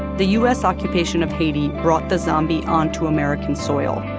the u s. occupation of haiti brought the zombie onto american soil.